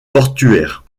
portuaire